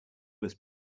was